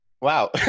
Wow